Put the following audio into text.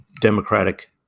Democratic